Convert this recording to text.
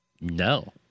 No